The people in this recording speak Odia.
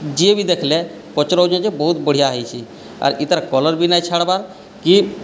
ଯିଏ ବି ଦେଖିଲେ ପଚାରୁଛି ଯେ ବହୁତ ବଢ଼ିଆ ହୋଇଛି ଆର୍ ଏଇଟାର କଲର ବି ନାହିଁ ଛାଡ଼ିବାର କି